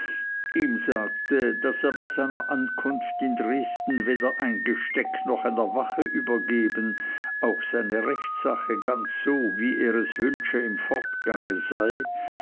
ihm sagte daß er bei seiner ankunft in dresden weder eingesteckt noch einer wache übergeben auch seine rechtssache ganz so wie er es wünsche im fortgange sei